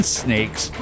snakes